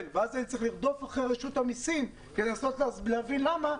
וצריך לרדוף אחרי רשות המסים כדי לנסות להבין למה,